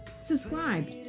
subscribe